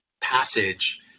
passage